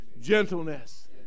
gentleness